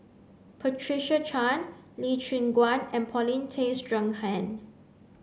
Patricia Chan Lee Choon Guan and Paulin Tay Straughan